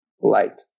light